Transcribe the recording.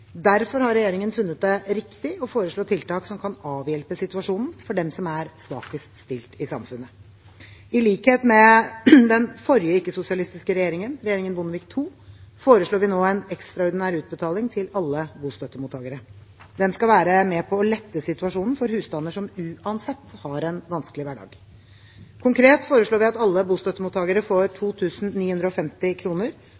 Derfor har regjeringen funnet det riktig å foreslå tiltak som kan avhjelpe situasjonen for dem som er svakest stilt i samfunnet. I likhet med den forrige ikke-sosialistiske regjeringen – regjeringen Bondevik II – foreslår vi nå en ekstraordinær utbetaling til alle bostøttemottakere. Den skal være med på å lette situasjonen for husstander som uansett har en vanskelig hverdag. Konkret foreslår vi at alle bostøttemottakere får